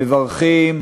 מברכים,